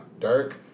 Dirk